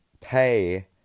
pay